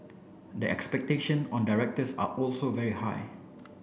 the expectation on directors are also very high